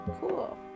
Cool